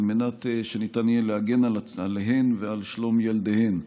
מנת שניתן יהיה להגן עליהן ועל שלום ילדיהן.